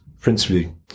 principally